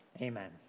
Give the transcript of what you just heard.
Amen